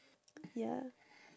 ya